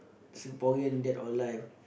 Singaporean dead or alive